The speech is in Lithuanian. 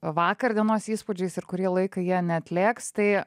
vakar dienos įspūdžiais ir kurį laiką jie neatlėgs tai